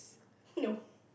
no